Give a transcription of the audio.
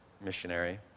missionary